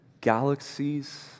galaxies